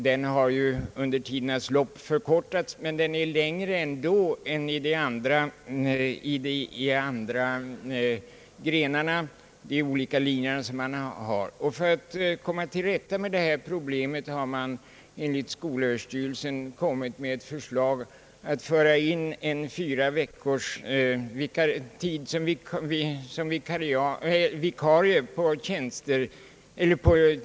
Den har ju under tidernas lopp förkortats men den är ändå längre än inom de andra linjerna. För att komma till rätta med detta problem har skolöverstyrelsen föreslagit att vikariat på tjänst vid sjukhus skall få förekomma under fyra veckor.